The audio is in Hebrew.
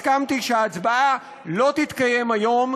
הסכמתי שההצבעה לא תתקיים היום,